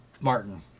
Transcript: Martin